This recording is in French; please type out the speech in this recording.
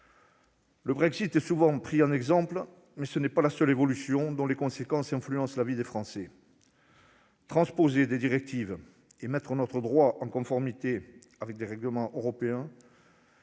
Le Brexit est souvent pris en exemple, mais il ne s'agit pas du seul événement ayant des incidences sur la vie des Français. Transposer des directives et mettre notre droit en conformité avec les règlements européens